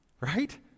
right